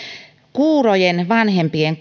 kuurojen vanhempien